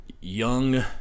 young